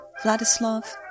Vladislav